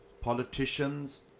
Politicians